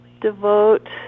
devote